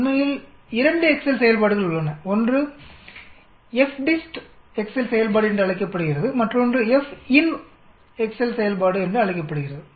உண்மையில் இரண்டு எக்செல் செயல்பாடுகள் உள்ளன ஒன்று FDIST எக்செல் செயல்பாடு என்றழைக்கப்படுகிறது மற்றொன்று FINV எக்செல் செயல்பாடு என்றழைக்கப்படுகிறது